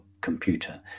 computer